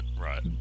Right